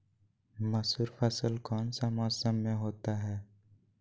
मसूर फसल कौन सा मौसम में होते हैं?